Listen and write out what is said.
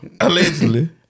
Allegedly